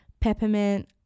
peppermint